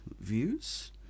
views